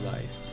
Life